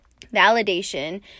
validation